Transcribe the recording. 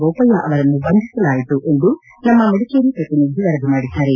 ಬೋಪಯ್ತ ಅವರನ್ನು ಬಂಧಿಸಲಾಯಿತು ಎಂದು ನಮ್ಮ ಮಡಿಕೇರಿ ಪ್ರತಿನಿಧಿ ವರದಿ ಮಾಡಿದ್ದಾರೆ